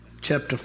Chapter